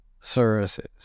services